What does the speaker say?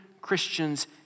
Christians